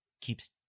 keeps